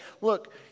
look